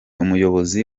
umuyobozi